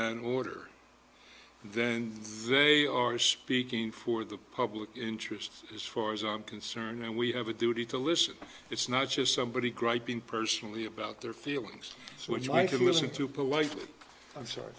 an order then they are speaking for the public interest as far as i'm concerned and we have a duty to listen it's not just somebody griping personally about their feelings which i could listen to polite i'm sorry